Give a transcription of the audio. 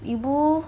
ibu